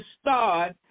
start